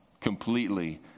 completely